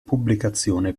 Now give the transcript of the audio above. pubblicazione